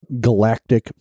Galactic